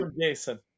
Jason